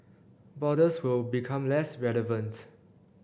borders will become less relevant